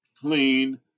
Clean